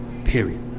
Period